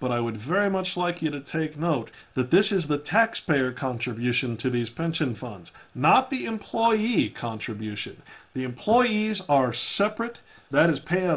but i would very much like you to take note that this is the taxpayer contribution to these pension funds not the employee contribution the employees are separate that is pay out